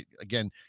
again